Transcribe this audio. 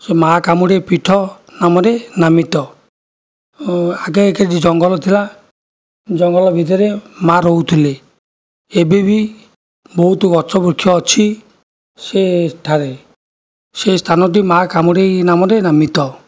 ସେ ମା' କାମୁଡ଼େଇ ପୀଠ ନାମରେ ନାମିତ ଓ ଆଗେ କିଛି ଜଙ୍ଗଲ ଥିଲା ଜଙ୍ଗଲ ଭିତରେ ମା' ରହୁଥିଲେ ଏବେବି ବହୁତ ଗଛ ବୃକ୍ଷ ଅଛି ସେଠାରେ ସେ ସ୍ଥାନଟି ମା କାମୁଡ଼େଇ ନାମରେ ନାମିତ